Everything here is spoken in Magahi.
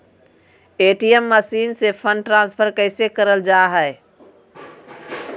ए.टी.एम मसीन से फंड ट्रांसफर कैसे करल जा है?